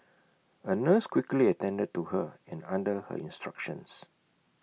A nurse quickly attended to her and under her instructions